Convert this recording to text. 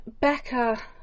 Becca